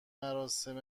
مراسم